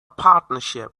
partnership